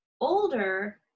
older